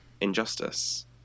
Injustice